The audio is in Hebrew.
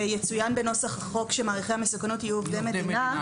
שיצוין בנוסח החוק שמעריכי המסוכנות יהיו עובדי מדינה.